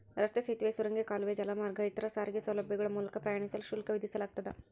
ರಸ್ತೆ ಸೇತುವೆ ಸುರಂಗ ಕಾಲುವೆ ಜಲಮಾರ್ಗ ಇತರ ಸಾರಿಗೆ ಸೌಲಭ್ಯಗಳ ಮೂಲಕ ಪ್ರಯಾಣಿಸಲು ಶುಲ್ಕ ವಿಧಿಸಲಾಗ್ತದ